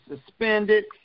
suspended